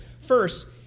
First